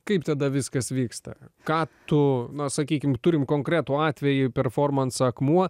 kaip tada viskas vyksta ką tu na sakykim turime konkretų atvejį performansą akmuo